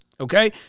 Okay